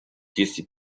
disse